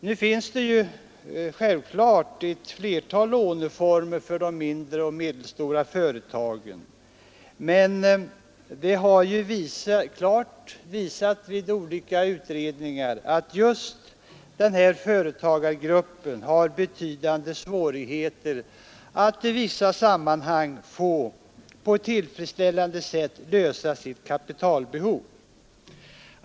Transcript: Nu finns det ju självklart ett flertal låneformer för de mindre och medelstora företagen, men det har ju klart visats vid olika utredningar att just den här företagargruppen har betydande svårigheter att i vissa sammanhang på ett tillfredsställande sätt kunna tillgodose sitt kapitalbehov.